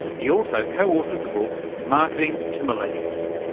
he also co-authored the book marketing to millennials.